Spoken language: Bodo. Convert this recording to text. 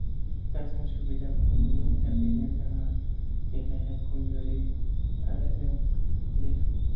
दा जों सुबिदाफोर मोनैनि थाखायनो जोंहा देग्लायहाय खमजुरि आरो जों बै